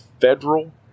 federal